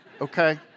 okay